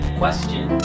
question